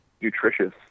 nutritious